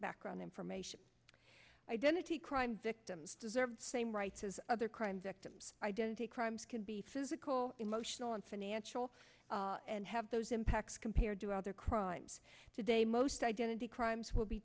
background information identity crime victims deserve the same rights as other crime victims identity crimes can be physical emotional and financial and have those impacts compared to other crimes today most identity crimes will be